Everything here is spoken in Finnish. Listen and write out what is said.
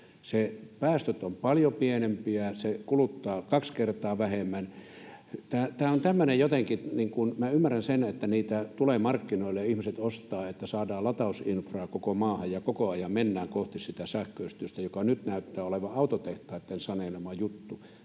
päästöt ovat paljon pienempiä, se kuluttaa kaksi kertaa vähemmän. Tämä on tämmöinen jotenkin... Minä ymmärrän sen, että niitä tulee markkinoille ja ihmiset ostavat niitä ja että saadaan latausinfraa koko maahan ja koko ajan mennään kohti sitä sähköistystä, joka nyt näyttää olevan autotehtaiden sanelema juttu.